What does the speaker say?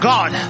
God